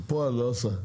בפועל לא עשה.